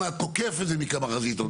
תוקף את זה מכמה חזיתות,